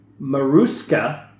Maruska